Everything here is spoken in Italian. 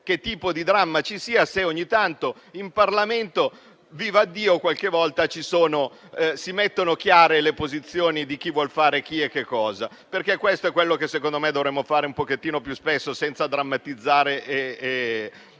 che tipo di dramma ci sia se ogni tanto in Parlamento - vivaddio - si mettono in chiaro le posizioni di chi vuole fare chi e che cosa, perché questo è ciò che secondo me dovremmo fare un po' più spesso, senza drammatizzare e